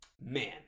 Man